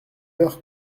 heure